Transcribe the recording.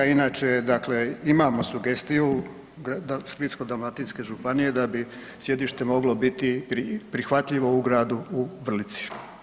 Inače, dakle imamo sugestiju Splitsko-dalmatinske županije da bi sjedište moglo biti prihvatljivo u gradu u Vrlici.